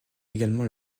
également